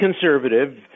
conservative